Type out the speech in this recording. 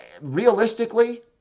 realistically